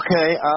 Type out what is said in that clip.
Okay